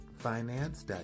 Finance